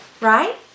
right